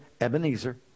Ebenezer